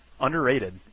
underrated